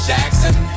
Jackson